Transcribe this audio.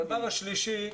דבר שלישי,